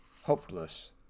hopeless